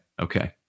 Okay